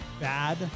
BAD